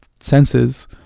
senses